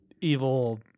evil